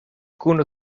kune